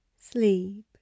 Sleep